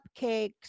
cupcakes